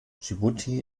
dschibuti